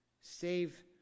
Save